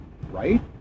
Right